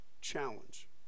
challenge